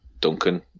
Duncan